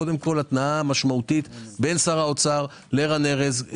התנעה משמעותית בין שר האוצר לרן ארז,